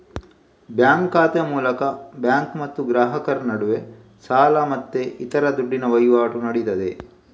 bank ಖಾತೆ ಮೂಲಕ bank ಮತ್ತು ಗ್ರಾಹಕರ ನಡುವೆ ಸಾಲ ಮತ್ತೆ ಇತರ ದುಡ್ಡಿನ ವೈವಾಟು ನಡೀತದೆ